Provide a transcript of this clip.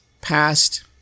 past